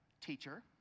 teacher